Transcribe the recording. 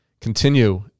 continue